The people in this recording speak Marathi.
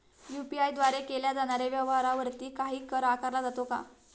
यु.पी.आय द्वारे केल्या जाणाऱ्या व्यवहारावरती काही कर आकारला जातो का?